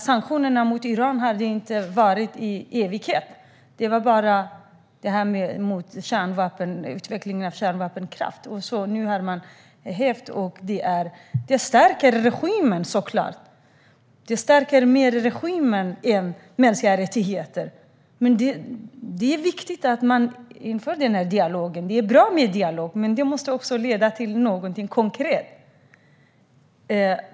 Sanktionerna mot Iran hade inte varat i evighet, utan det var bara mot utvecklingen av kärnvapen. Nu har man hävt dem, och det stärker såklart regimen. Det stärker regimen mer än vad det stärker mänskliga rättigheter. Det är viktigt att man för den här dialogen. Det är bra med dialog, men det måste också leda till någonting konkret.